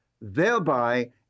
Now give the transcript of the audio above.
thereby